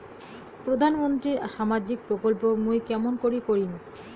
প্রধান মন্ত্রীর সামাজিক প্রকল্প মুই কেমন করিম?